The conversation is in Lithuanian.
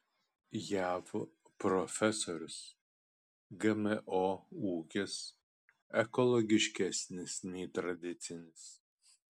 jav profesorius gmo ūkis ekologiškesnis nei tradicinis